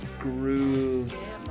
groove